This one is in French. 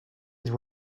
vous